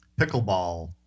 pickleball